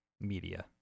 media